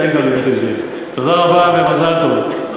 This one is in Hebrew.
תודה רבה ומזל טוב.